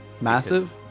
Massive